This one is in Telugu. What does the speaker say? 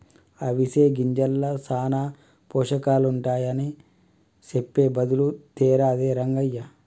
అవిసె గింజల్ల సానా పోషకాలుంటాయని సెప్పె బదులు తేరాదా రంగయ్య